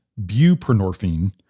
buprenorphine